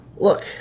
Look